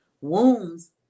Wounds